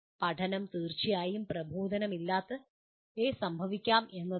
പഠനം തീർച്ചയായും പ്രബോധനമില്ലാതെ സംഭവിക്കാം എന്നതാണ്